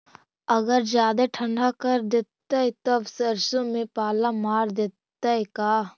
अगर जादे ठंडा कर देतै तब सरसों में पाला मार देतै का?